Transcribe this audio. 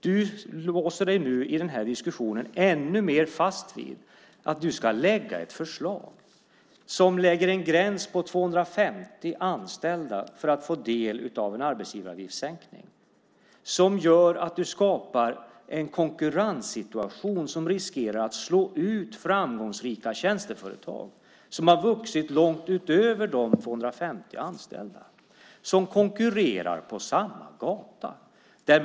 Du låser dig i den här diskussionen ännu mer fast vid att du ska lägga fram ett förslag, finansministern, som sätter en gräns på 250 anställda för att få del av en arbetsgivaravgiftssänkning. Det gör att du skapar en konkurrenssituation som riskerar att slå ut framgångsrika tjänsteföretag som har vuxit långt utöver 250 anställda som konkurrerar på samma gata.